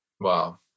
Wow